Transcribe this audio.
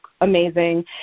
amazing